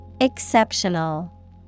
Exceptional